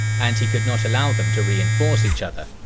and he could not allow them to reinforce each other.